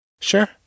Sure